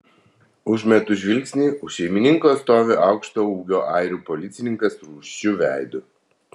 užmetu žvilgsnį už šeimininko stovi aukšto ūgio airių policininkas rūsčiu veidu